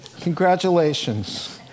Congratulations